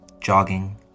jogging